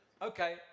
Okay